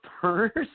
first